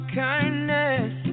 kindness